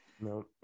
No